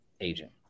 agent